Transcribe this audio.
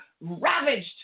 ravaged